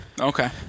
Okay